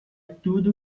tudo